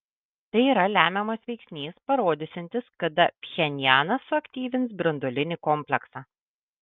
tai yra lemiamas veiksnys parodysiantis kada pchenjanas suaktyvins branduolinį kompleksą